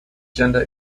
gender